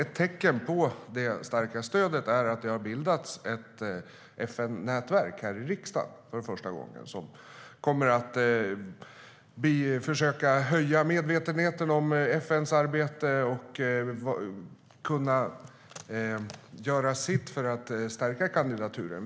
Ett tecken på det starka stödet är att det för första gången här i riksdagen har bildats ett FN-nätverk, som kommer att försöka höja medvetenheten om FN:s arbete och göra sitt för att stärka kandidaturen.